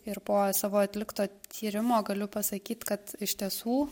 ir po savo atlikto tyrimo galiu pasakyt kad iš tiesų